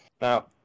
Now